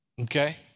Okay